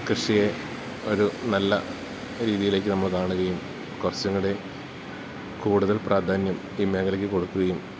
കൃഷിയെ ഒരു നല്ല രീതിയിലേക്കു നമ്മള് കാണുകയും കുറച്ചുംകൂടി കൂടുതൽ പ്രാധാന്യം ഈ മേഖലയ്ക്കു കൊടുക്കുകയും